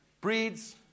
breeds